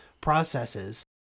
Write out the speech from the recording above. processes